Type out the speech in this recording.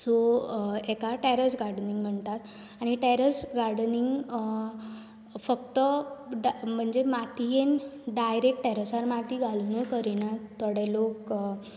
so हाका terrace gardening म्हणटात आनी टेरॅस गार्डनींग फक्त म्हणजे मातयेंत डायरेक्ट टेरॅसार माती घालूनच करिनात थोडे लोक